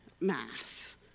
Mass